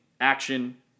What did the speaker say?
action